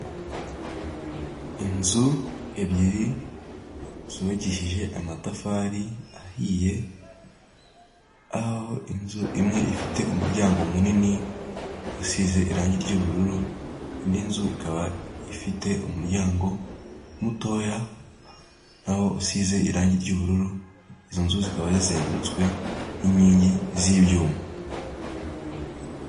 Inzu ebyiri zubakishije amatafari ahiye, aho inzu imwe ifite umuryango munini usize irangi ry'ubururu, indi nzu ikaba ifite umuryango mutoya nawo usize irangi ry'ubururu, izo nzu zikaba zizengurutswe n'inkingi z'ibyuma.